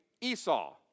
Esau